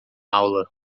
aula